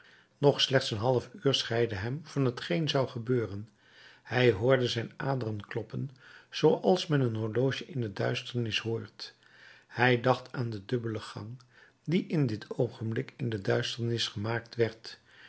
nog slechts een half uur scheidde hem van t geen zou gebeuren hij hoorde zijn aderen kloppen zooals men een horloge in de duisternis hoort hij dacht aan den dubbelen gang die in dit oogenblik in de duisternis gemaakt werd